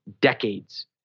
decades